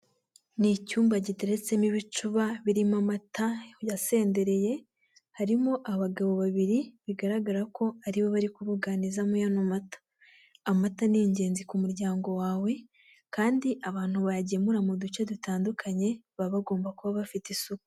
Ni icyumba giteretsemo ibicuba birimo amata yasendereye harimo abagabo babiri bigaragara ko aribo bari kubuganizamo ano mata, amata ni ingenzi ku muryango wawe kandi abantu bayagemura mu duce dutandukanye baba bagomba kuba bafite isuku.